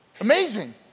Amazing